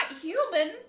human